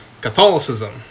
Catholicism